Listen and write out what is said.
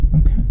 okay